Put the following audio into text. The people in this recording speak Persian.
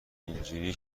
اینجوری